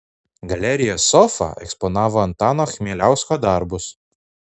galerija sofa eksponavo antano chmieliausko darbus